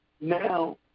now